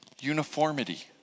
uniformity